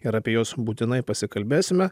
ir apie juos būtinai pasikalbėsime